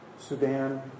Sudan